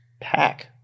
Pack